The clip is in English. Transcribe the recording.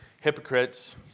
hypocrites